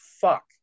fuck